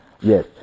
yes